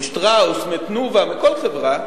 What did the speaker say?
מ"שטראוס", מ"תנובה", מכל חברה,